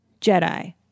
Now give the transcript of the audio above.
Jedi